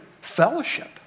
fellowship